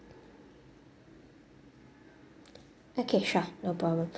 okay sure no problem